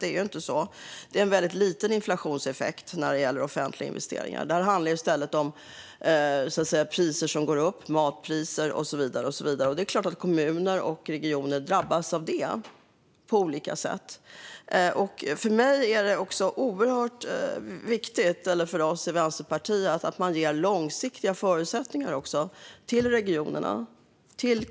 Offentliga investeringar ger väldigt liten effekt på inflationen. Det handlar i stället om stigande matpriser och så vidare, och det är klart att kommuner och regioner drabbas av det på olika sätt. För Vänsterpartiet är det oerhört viktigt att regionerna ges långsiktiga förutsättningar.